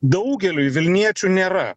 daugeliui vilniečių nėra